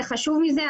וחשוב מזה,